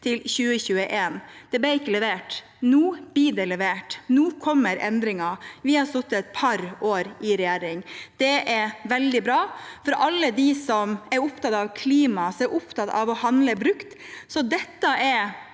til 2021. Det ble ikke levert. Nå blir det levert, nå kommer endringen, og vi har sittet et par år i regjering. Det er veldig bra for alle dem som er opptatt av klima og av å handle brukt. Dette er